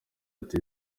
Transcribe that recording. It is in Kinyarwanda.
ati